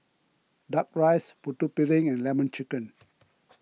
Duck Rice Putu Piring and Lemon Chicken